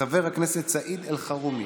חבר הכנסת סעיד אלחרומי,